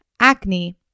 acne